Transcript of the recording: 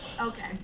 Okay